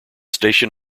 station